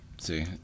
see